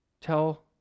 tell